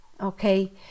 okay